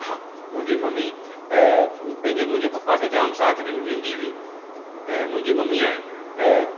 हा मुंहिंजी मम्मी अ पंहिंजी मुंहिंजे पप्पा खे जामु साथु ॾीन्दी हुई ऐं मुंहिंजी मम्मीअ अ